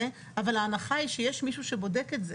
אבל ההנחה היא שיש מישהו שבודק את זה.